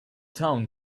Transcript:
town